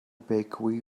bakery